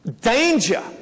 danger